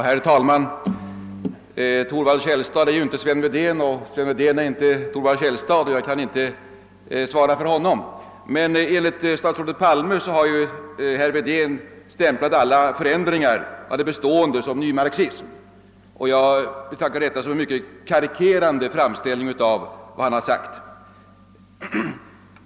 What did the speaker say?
Herr talman! Thorvald Källstad är ju inte Sven Wedén och Sven Wedén är inte Thorvald Källstad, så jag kan inte svara för honom. Enligt statsrådet Palme har emellertid herr Wedén stämplat alla förändringar av det bestående som nymarxism, vilket jag betraktar som en mycket karikerande framställning av vad han sagt.